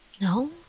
No